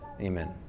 amen